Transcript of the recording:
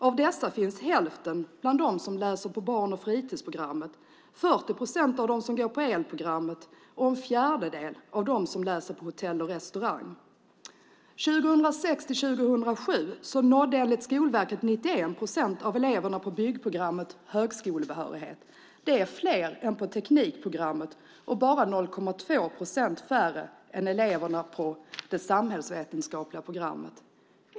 Av dessa finns hälften bland dem som läser på barn och fritidsprogrammet, 40 procent av dem som går på elprogrammet och en fjärdedel av dem som läser på hotell och restaurangprogrammet. Åren 2006-2007 nådde enligt Skolverket 91 procent av eleverna på byggprogrammet högskolebehörighet. Det är fler än på teknikprogrammet och bara 0,2 procent färre än bland eleverna på det samhällsvetenskapliga programmet.